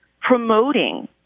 promoting